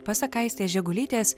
pasak aistės žegulytės